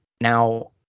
Now